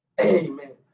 Amen